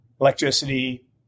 Electricity